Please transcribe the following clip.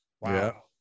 Wow